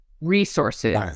resources